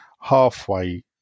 Halfway